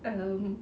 um